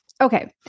Okay